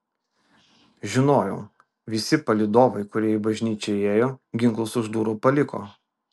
žinojau visi palydovai kurie į bažnyčią įėjo ginklus už durų paliko